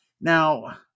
Now